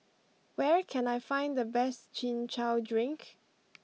where can I find the best Chin Chow Drink